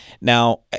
now